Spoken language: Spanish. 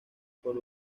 por